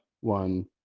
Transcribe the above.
one